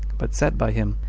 but sat by him,